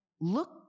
Look